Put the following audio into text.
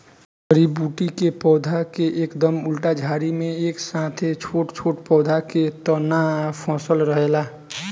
जड़ी बूटी के पौधा के एकदम उल्टा झाड़ी में एक साथे छोट छोट पौधा के तना फसल रहेला